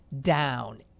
down